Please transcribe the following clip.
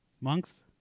Monks